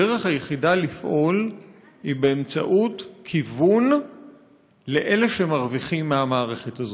הדרך היחידה לפעול היא באמצעות כיוון לאלה שמרוויחים מהמערכת הזאת.